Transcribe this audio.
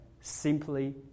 simply